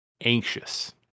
anxious